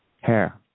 hair